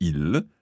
il